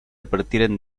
patiren